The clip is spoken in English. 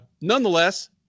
Nonetheless